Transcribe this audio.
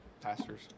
pastors